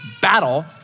battle